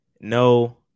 No